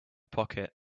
pocket